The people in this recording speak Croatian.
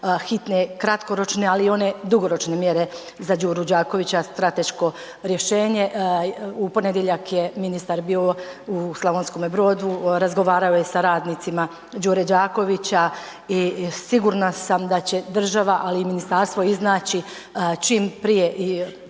hitne kratkoročne, ali i one dugoročne mjere za Đuru Đakovića, strateško rješenje. U ponedjeljak je ministar bio u Slavonskome Brodu, razgovarao je sa radnicima Đure Đakovića i sigurna sam da će država, ali i ministarstvo iznaći čim prije i